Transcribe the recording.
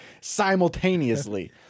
simultaneously